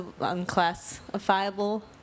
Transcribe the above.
unclassifiable